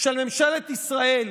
של ממשלת ישראל